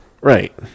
Right